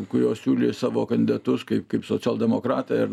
kurios siūlė savo kandidatus kaip kaip socialdemokratai ar